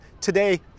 today